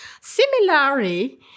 Similarly